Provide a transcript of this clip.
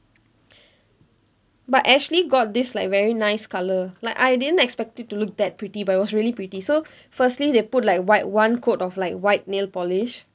but ashley got this like very nice colour like I didn't expect it to look that pretty but it was really pretty so firstly they put like white one coat of like white nail polish